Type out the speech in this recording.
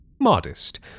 modest